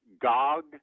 Gog